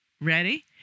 Ready